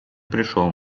пришел